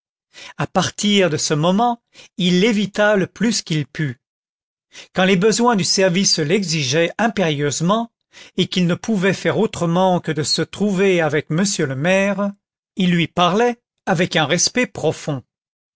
à partir de ce moment il l'évita le plus qu'il put quand les besoins du service l'exigeaient impérieusement et qu'il ne pouvait faire autrement que de se trouver avec m le maire il lui parlait avec un respect profond